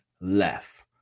left